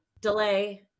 delay